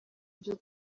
ibyo